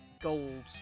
gold